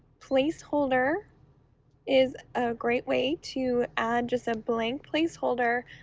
placeholder is a great way to add just a blank placeholder,